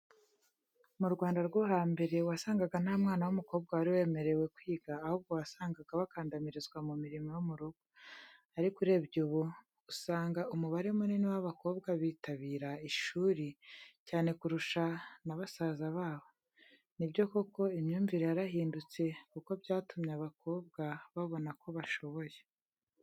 Mu Rwanda rwo hambere wasangaga nta mwana w'umukobwa wari wemerewe kwiga, ahubwo wasangaga bakandamirizwa mu mirimo yo mu rugo. Ariko urebye ubu usanga umubare munini w'abakobwa bitabira ishuri cyane kurusha n'abasaza babo. Ni byo koko imyumvire yarahindutse kuko byatumye abakobwa babona ko bashoboye.